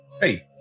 Hey